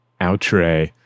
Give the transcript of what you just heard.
outre